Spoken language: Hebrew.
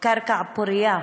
קרקע פורייה